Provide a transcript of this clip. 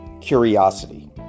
curiosity